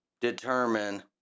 determine